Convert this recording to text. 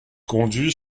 conduit